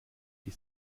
die